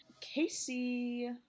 casey